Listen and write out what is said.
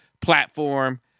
platform